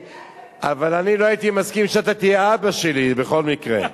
אבל אני לא הייתי מסכים שאתה תהיה האבא שלי בכל מקרה.